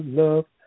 love